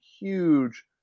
huge